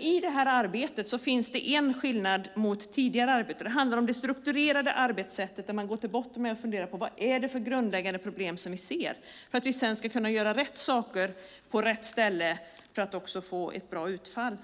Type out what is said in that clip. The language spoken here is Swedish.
I det här arbetet finns det en skillnad mot tidigare arbeten. Det handlar om det strukturerade arbetssättet, där man går till botten med och funderar på vad det är för grundläggande problem som vi ser för att vi sedan ska kunna göra rätt saker på rätt ställe för att också få ett bra utfall.